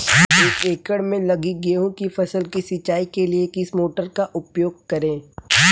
एक एकड़ में लगी गेहूँ की फसल की सिंचाई के लिए किस मोटर का उपयोग करें?